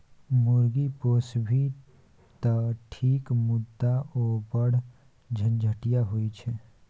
मुर्गी पोसभी तँ ठीक मुदा ओ बढ़ झंझटिया होए छै